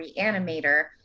Reanimator